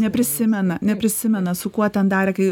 neprisimena neprisimena su kuo ten darė kai